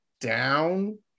down